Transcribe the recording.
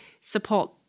support